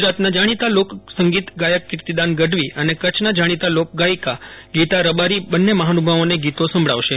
ગુજરાતના જાણીતા લોક સંગીત ગાયક કીર્તિદાન ગઢવી અને કચ્છનાં જાણીતા લોકગાયિકા ગીતા રબારી બંને મફાનુભાવોને ગીતો સંભળાવશે